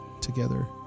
together